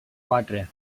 quatre